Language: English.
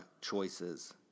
choices